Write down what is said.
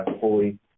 fully